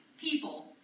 people